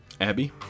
Abby